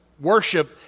worship